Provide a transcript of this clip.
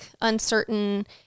uncertain